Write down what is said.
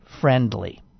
friendly